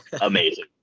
amazing